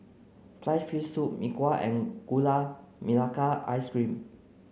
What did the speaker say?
sliced fish soup Mee Kuah and Gula Melaka Ice Cream